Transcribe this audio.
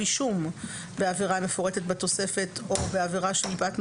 אישום בעבירה המפורטת בתוספת/ או בעבירה שמפאת מהותה,